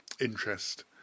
interest